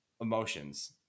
emotions